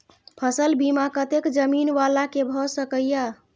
फसल बीमा कतेक जमीन वाला के भ सकेया?